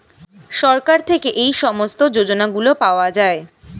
সরকার থেকে এই সমস্ত যোজনাগুলো পাওয়া যায়